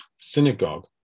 synagogue